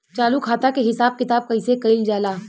चालू खाता के हिसाब किताब कइसे कइल जाला?